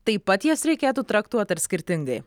taip pat jas reikėtų traktuot ar skirtingai